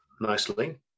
nicely